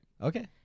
Okay